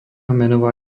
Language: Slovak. menová